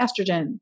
estrogen